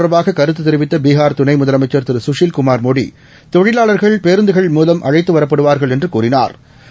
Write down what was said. தொடர்பாககருத்ததெரிவித்தபீகார் துணைமுதலமைச்சர் இத திருகுஷில்குமார் மோடி தொழிலாளா்கள் பேருந்துகள் மூவம் அழைத்துவரப்படுவாா்கள் என்றுகூறினாா்